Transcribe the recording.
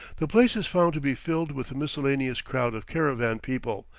the place is found to be filled with a miscellaneous crowd of caravan people,